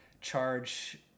charge